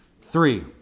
Three